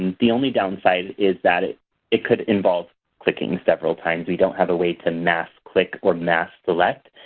the only downside is that it it could involve clicking several times. we don't have a way to mass-click or mass-select.